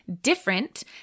different